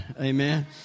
Amen